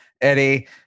Eddie